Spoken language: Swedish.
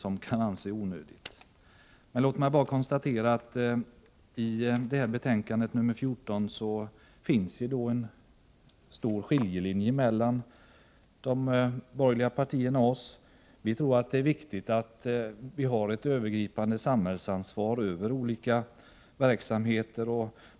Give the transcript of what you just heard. I betänkande 14 framgår att det går en viktig skiljelinje mellan oss och de borgerliga partierna. Vi tror att det är viktigt att det finns ett övergripande samhällsansvar.